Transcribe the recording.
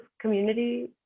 community